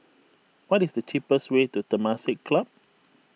what is the cheapest way to Temasek Club